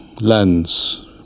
lens